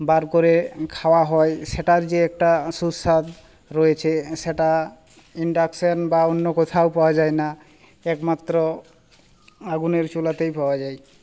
বার করে খাওয়া হয় সেটার যে একটা সুস্বাদ রয়েছে সেটা ইন্ডাকশান বা অন্য কোথাও পাওয়া যায় না একমাত্র আগুনের চুলাতেই পাওয়া যায়